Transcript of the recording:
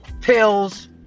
pills